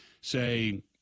say